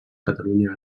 catalunya